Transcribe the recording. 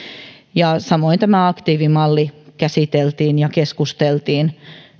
samoin tämä aktiivimalli käsiteltiin ja keskusteltiin